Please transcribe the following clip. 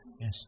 Yes